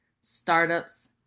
startups